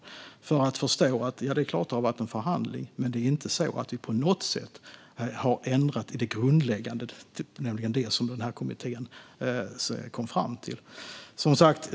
Det går att förstå att det är klart att det har varit en förhandling, men det är inte så att vi på något sätt har ändrat i det grundläggande, nämligen det som kommittén kom fram till.